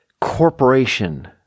corporation